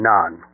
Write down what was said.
None